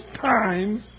times